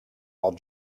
i’ll